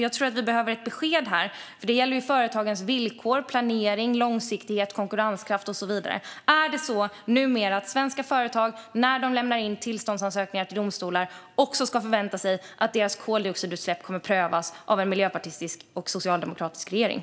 Jag tror att vi behöver att besked här; det gäller ju företagens villkor, planering, långsiktighet, konkurrenskraft och så vidare. Är det numera så att svenska företag när de lämnar in tillståndsansökningar till domstolar också ska förvänta sig att deras koldioxidutsläpp kommer att prövas av en miljöpartistisk och socialdemokratisk regering?